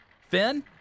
Finn